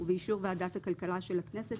ובאישור ועדת הכלכלה של הכנסת,